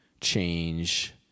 change